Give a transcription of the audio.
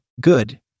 good